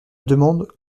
demande